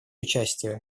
участия